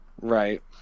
Right